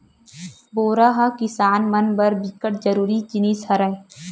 बोरा ह किसान मन बर बिकट जरूरी जिनिस हरय